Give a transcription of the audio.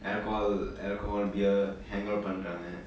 alcohol alcohol beer hangout பன்ராங்க:pandraanga